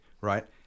right